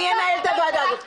אני מנהלת הוועדה הזאת.